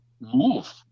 move